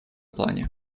плане